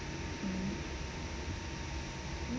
mm